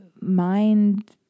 mind